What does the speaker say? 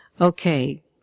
Okay